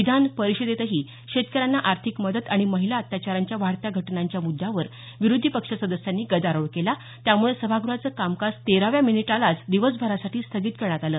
विधान परिषदेतही शेतकऱ्यांना आर्थिक मदत आणि महिला अत्याचारांच्या वाढत्या घटनांच्या मुद्यांवर विरोधी पक्ष सदस्यांनी गदारोळ केला त्यामुळे सभागृहाचं कामकाज तेराव्या मिनिटालाच दिवसभरासाठी स्थगित करण्यात आलं